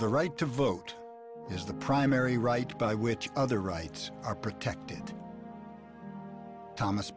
the right to vote is the primary right by which other rights are protected thomas